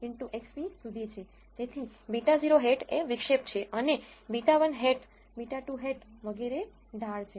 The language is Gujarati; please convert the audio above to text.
તેથી β̂₀ એ વિક્ષેપ છે અને β1 હેટ β̂2 હેટ વગેરે ઢાળ છે